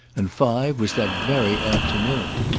and five was that very afternoon.